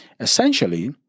Essentially